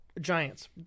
giants